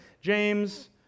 James